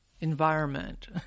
environment